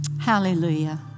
Hallelujah